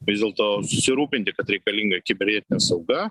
vis dėl to susirūpinti kad reikalinga kibernetinė sauga